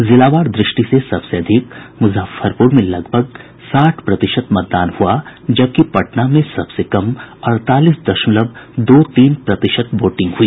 जिलावार दृष्टि से सबसे अधिक मुजफ्फरपुर में लगभग साठ प्रतिशत मतदान हुआ जबकि पटना में सबसे कम अड़तालीस दशमलव दो तीन प्रतिशत वोटिंग हुई